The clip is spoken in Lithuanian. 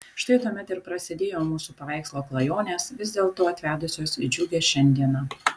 štai tuomet ir prasidėjo mūsų paveikslo klajonės vis dėlto atvedusios į džiugią šiandieną